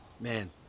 Man